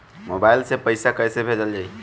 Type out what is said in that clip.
Mobile से पैसा कैसे भेजल जाइ?